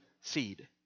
seed